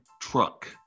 truck